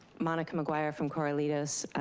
monica mcguire from corrolitos.